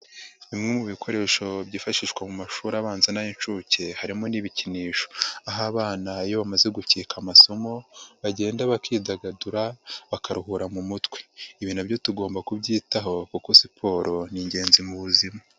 Bimwe mu bikoresho byifashishwa mu mashuri abanza n'ay'inshuke harimo n'ibikinisho aho abana iyo bamaze gukeka amasomo bagenda bakidagadura bakaruhura mu mutwe, ibi nabyo tugomba kubyitaho kuko siporo ni ingenzi mu buzima.